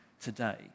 today